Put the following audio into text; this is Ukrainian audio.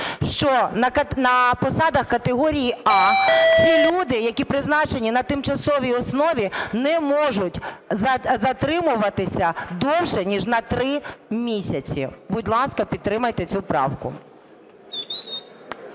що на посадах категорії "А" ці люди, які призначені на тимчасовій основі, не можуть затримуватися довше ніж на три місяці. Будь ласка, підтримайте цю правку.